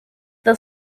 the